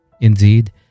Indeed